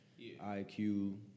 IQ